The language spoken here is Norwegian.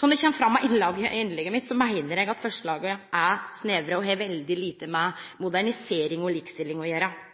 Som det kjem fram av innlegget mitt, meiner eg at forslaga er snevre og har veldig lite med modernisering og likestilling å